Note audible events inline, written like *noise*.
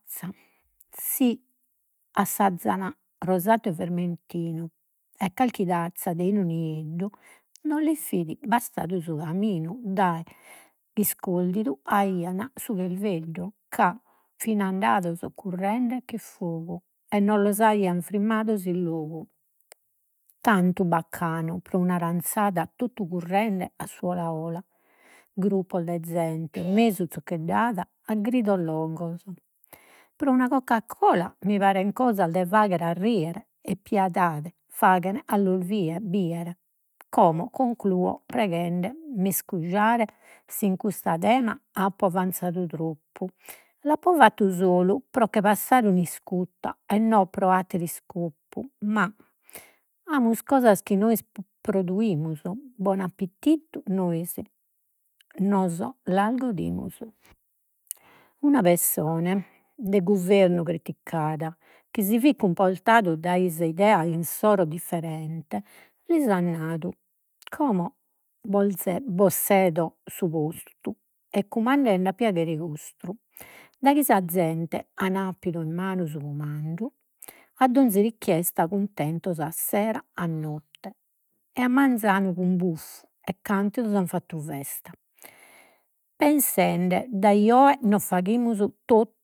Zza. Si assazzan rosato e vermentinu e calchi tazza de 'inu nieddu, no lis fit bastadu su caminu, *hesitation* *unintelligible* aian su cherveddu, ca fin'andados currende che fogu, e no los aian frimmados in logu. Tantu baccanu pro un'aranzada totu currende a su 'ola 'ola, gruppos de zente *noise* mesu zoccheddada a gridos longos, pro una Coca Cola, mi paren cosas de faghere a riere, e piedade fagen a los *hesitation* bidere. Como concluo preghende 'e m'iscujare si in custu tema apo avanzadu troppu, l'apo fattu solu pro che passare un'iscutta, e non pro *unintelligible* ma amus cosas chi nois *hesitation* produimus, bon'appitittu, nois *hesitation* las godimus. Una pessone de guvernu criticada, chi si fit cumportadu dai sa idea insoro differente, lis at nadu, como bos *hesitation* bos *unintelligible* su postu e cumandende a piaghere 'ostru. Daghi sa zente an apidu in manu su cumandu, a donzi richiesta cuntentos, a sera, a notte, e a manzanu cun buffu e cantidos an fattu festa pensende, dai oe nos faghimus to